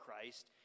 Christ